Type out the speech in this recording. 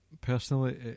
personally